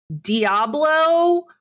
Diablo